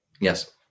Yes